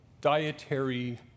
dietary